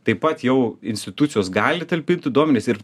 taip pat jau institucijos gali talpinti duomenis ir